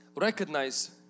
recognize